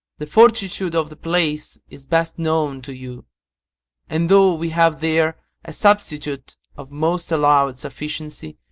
the fortitude of the place is best known to you and though we have there a substitute of most allowed sufficiency,